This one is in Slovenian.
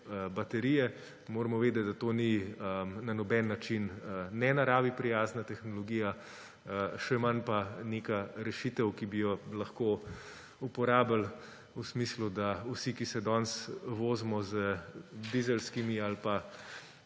baterije, moramo vedeti, da to ni na noben način ne naravi prijazna tehnologija, še manj pa neka rešitev, ki bi jo lahko uporabili v smislu, da vsi, ki se danes vozimo z dizelskimi ali pa